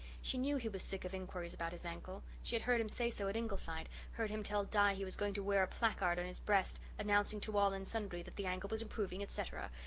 she knew he was sick of inquiries about his ankle. she had heard him say so at ingleside heard him tell di he was going to wear a placard on his breast announcing to all and sundry that the ankle was improving, etc.